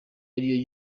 ari